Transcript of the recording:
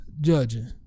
judging